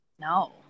No